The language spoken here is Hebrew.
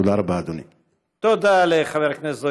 תודה רבה, אדוני.